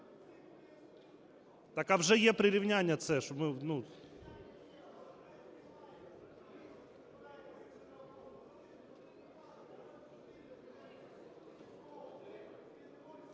Так, а вже є прирівняння це.